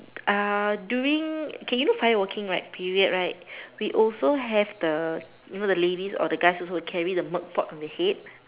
uh during okay you know find walking right period right we also have the you know the ladies or the guys also carry the milk pot on the head